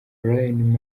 lion